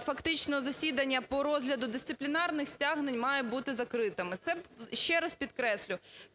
фактично засідання по розгляду дисциплінарних стягнень мають бути закритими? Це, ще раз підкреслю,